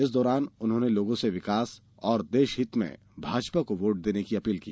इस दौरान उन्होंने लोगों से विकास और देशहित में भाजपा को वोट देने की अपील की